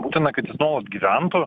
būtina kad jis nuolat gyventų